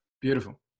Beautiful